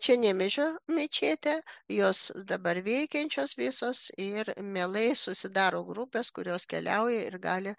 čia nemėžio mečetė jos dabar veikiančios visos ir mielai susidaro grupės kurios keliauja ir gali